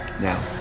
now